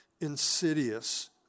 insidious